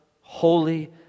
holy